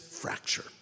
fracture